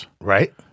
Right